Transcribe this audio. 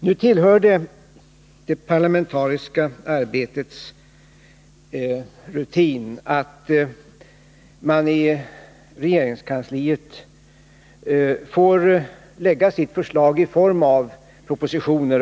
Nu tillhör det ju det parlamentariska arbetets rutin att man i regeringskansliet får lägga fram sina förslag i form av propositioner.